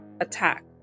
attack